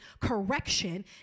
correction